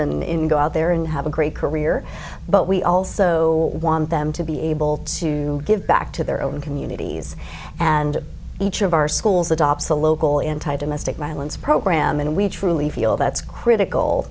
in go out there and have a great career but we also want them to be able to give back to their own communities and each of our schools adopts a local entitle mystic violence program and we truly feel that's critical